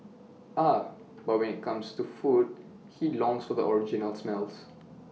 ah but when IT comes to food he longs for the original smells